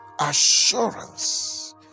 assurance